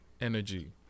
Energy